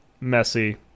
messy